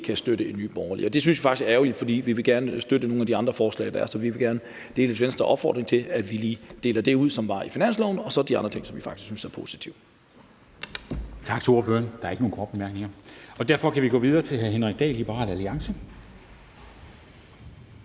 kan støtte i Nye Borgerlige, og det synes vi faktisk er ærgerligt, for vi vil gerne støtte nogle af de andre forslag, der er. Så vi vil gerne dele Venstres opfordring til, at man lige deler det op på det, som er i finansloven, og så de andre ting, som vi faktisk synes er positive. Kl. 14:03 Formanden (Henrik Dam Kristensen): Tak til ordføreren. Der er ikke nogen korte bemærkninger. Derfor kan vi gå videre til hr. Henrik Dahl, Liberal Alliance.